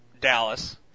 Dallas